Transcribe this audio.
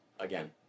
Again